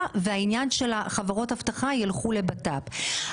והעניין של חברות האבטחה ילך לביטחון פנים.